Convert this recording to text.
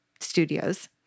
studios